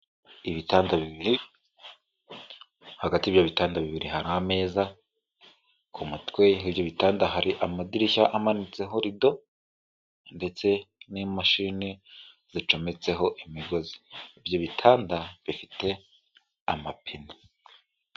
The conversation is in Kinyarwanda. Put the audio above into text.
Ibitanda bibiri, hagati y'ibyo bitanda bibiri hari ameza. Ku mutwe w'ibyo bitanda hari amadirishya amanitseho rido ndetse n'imashini zicometseho imigozi, ibyo bitanda bifiteho amapine.